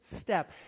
step